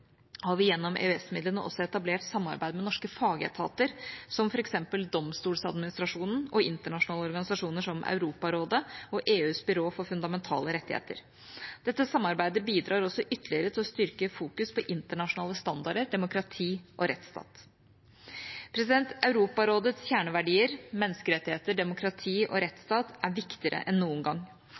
har vi gjennom EØS-midlene også etablert samarbeid med norske fagetater, som f.eks. Domstoladministrasjonen, og internasjonale organisasjoner som Europarådet og EUs byrå for fundamentale rettigheter. Dette samarbeidet bidrar også til ytterligere å styrke fokus på internasjonale standarder, demokrati og rettsstat. Europarådets kjerneverdier – menneskerettigheter, demokrati og rettsstat – er viktigere enn noen gang.